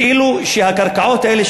כאילו הקרקעות האלה,